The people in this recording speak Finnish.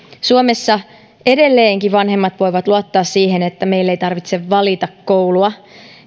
suomessa edelleenkin vanhemmat voivat luottaa siihen että meillä ei tarvitse valita koulua